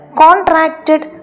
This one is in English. contracted